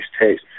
taste